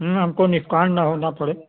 हमको नुकसान ना होना पड़े